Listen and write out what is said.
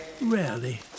rarely